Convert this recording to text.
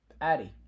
Addy